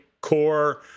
core